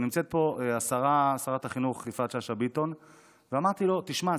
ונמצאת פה שרת החינוך יפעת שאשא ביטון, ואמרתי לו: תשמע,